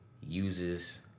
uses